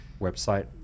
website